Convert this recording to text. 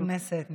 כנסת נכבדה.